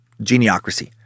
Geniocracy